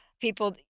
people